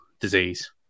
disease